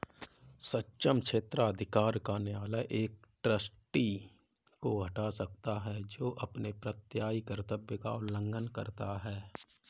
सक्षम क्षेत्राधिकार का न्यायालय एक ट्रस्टी को हटा सकता है जो अपने प्रत्ययी कर्तव्य का उल्लंघन करता है